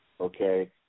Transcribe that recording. okay